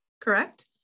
correct